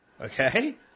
Okay